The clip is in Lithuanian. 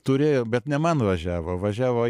turėjo bet ne man važiavo važiavo